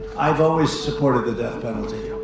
i've always supported the death